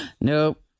Nope